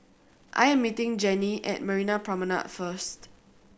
I am meeting Jannie at Marina Promenade first